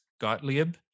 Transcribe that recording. Gottlieb